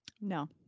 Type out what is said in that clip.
No